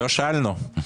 לא שאלנו.